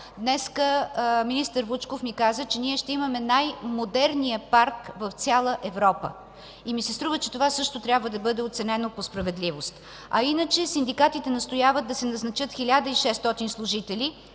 Днес министър Вучков ми каза, че ние ще имаме най-модерния парк в цяла Европа! И ми се струва, че това също трябва да бъде оценено по справедливост, а иначе синдикатите настояват да се назначат 1600 служители